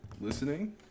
listening